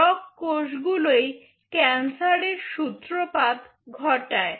রগ্ কোষগুলোই ক্যান্সারের সূত্রপাত ঘটায়